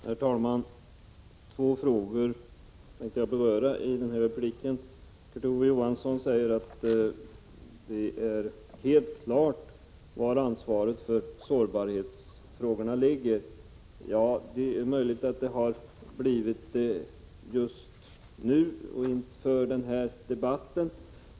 Herr talman! Jag tänkte beröra två frågor i denna replik. Kurt Ove Johansson säger att det är helt klart var ansvaret för sårbarhetsfrågorna ligger. Det är möjligt att det har blivit det just nu inför denna debatt.